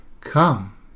Come